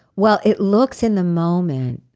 well, it looks in the moment,